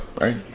Right